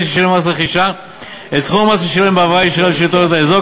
ששילם מס רכישה את סכום המס ששילם בהעברה ישירה לשלטונות האזור,